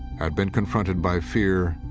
had been confronted by fear,